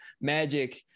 magic